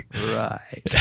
right